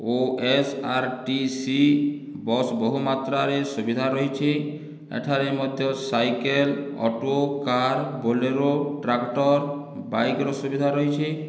OSRTC bus ବହୁମାତ୍ରାରେ ସୁବିଧା ରହିଛି ଏଠାରେ ମଧ୍ୟ cycle auto car Bolero tractor ବାଇକର ସୁବିଧା ରହିଛି